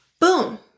Boom